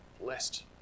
blessed